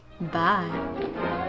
Bye